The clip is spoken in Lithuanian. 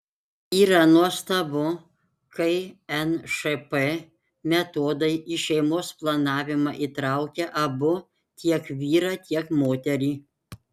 yra nuostabu kai nšp metodai į šeimos planavimą įtraukia abu tiek vyrą tiek moterį